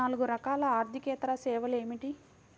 నాలుగు రకాల ఆర్థికేతర సేవలు ఏమిటీ?